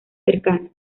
cercana